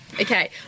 Okay